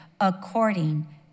according